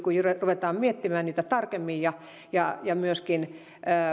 kun ruvetaan miettimään niitä tarkemmin ja ja myöskin